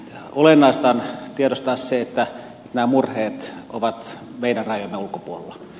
olennaista on tiedostaa se että nämä murheet ovat meidän rajojemme ulkopuolella